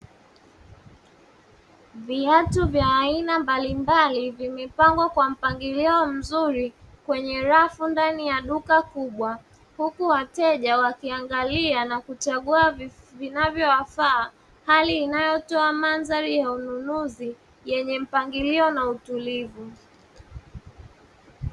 Viatu vya aina mbalimbali vimepangwa kwa mpangilio mzuri kwenye rafu ndani ya duka kubwa, huku wateja wakiangalia na kuchagua vinavyowafaa, hali inayotoa mandhari ya ununuzi yenye mpangilio na utulivu.